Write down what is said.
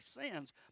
sins